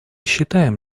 считаем